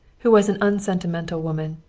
who was an unsentimental woman,